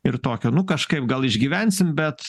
ir tokio nu kažkaip gal išgyvensim bet